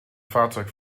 fahrzeug